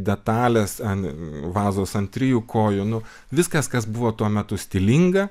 detalės ant vazos ant trijų kojų nu viskas kas buvo tuo metu stilinga